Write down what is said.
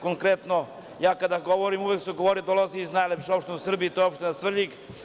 Konkretno, ja kada govorim uvek se govori dolazi iz najlepše opštine u Srbiji, to je opština Svrljig.